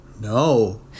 No